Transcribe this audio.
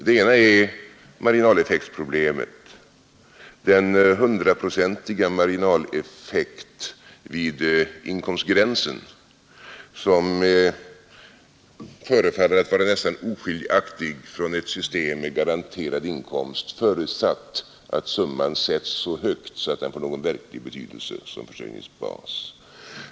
Det ena är marginaleffektproblemet, den hundraprocentiga marginaleffekt vid inkomstgränsen som förefaller att vara nästan oskiljaktig från ett system med garanterad inkomst, förutsatt att summan sätts så högt att den får verklig betydelse som försörjningsbas.